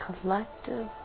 collective